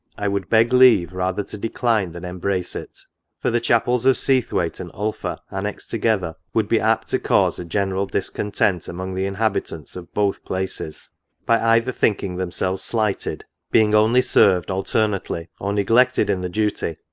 i would beg leave rather to decline than embrace it for the chapels of seathwaite and ulpha annexed together, would be apt to cause a general discontent among the inhabitants of both places by either thinking themselves slighted, being only served alternately, or neglected in the duty,